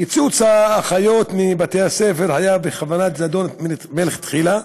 קיצוץ האחיות בבתי-הספר בכוונת זדון, מלכתחילה,